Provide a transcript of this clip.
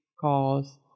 cause